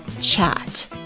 chat